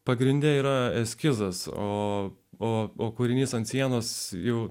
pagrinde yra eskizas o o kūrinys ant sienos jau